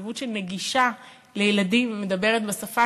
זו נציבות שנגישה לילדים ומדברת בשפה